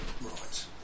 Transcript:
Right